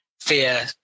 fear